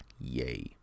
Yay